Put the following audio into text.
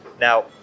Now